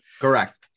Correct